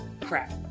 crap